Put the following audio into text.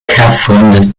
katharine